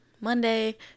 Monday